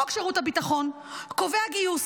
חוק שירות הביטחון קובע גיוס,